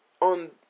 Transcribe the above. on